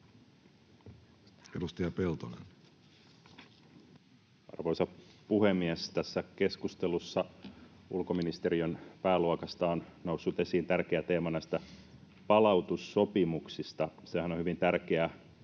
11:43 Content: Arvoisa puhemies! Tässä keskustelussa ulkoministeriön pääluokasta on noussut esiin tärkeä teema näistä palautussopimuksista. Sehän on hyvin tärkeä